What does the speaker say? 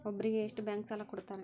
ಒಬ್ಬರಿಗೆ ಎಷ್ಟು ಬ್ಯಾಂಕ್ ಸಾಲ ಕೊಡ್ತಾರೆ?